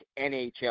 NHL